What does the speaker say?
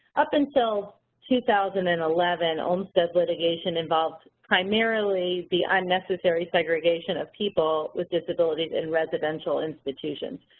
up until two thousand and eleven olmstead litigation involved primarily the unnecessary segregation of people with disabilities in residential institutions.